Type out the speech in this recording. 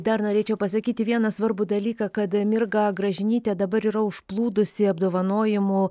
dar norėčiau pasakyti vieną svarbų dalyką kad mirgą gražinytę dabar yra užplūdusi apdovanojimų